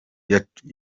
yacu